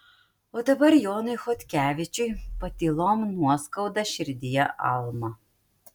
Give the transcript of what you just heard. o dabar jonui chodkevičiui patylom nuoskauda širdyje alma